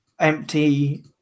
Empty